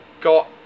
got